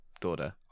daughter